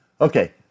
Okay